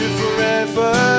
forever